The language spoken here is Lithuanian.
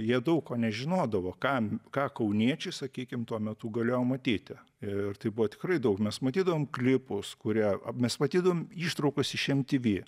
jie daug ko nežinodavo kam ką kauniečiai sakykim tuo metu galėjo matyti ir tai buvo tikrai daug mes matydavom klipus kurie mes matydavom ištraukas iš mtv